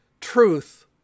truth